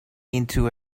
into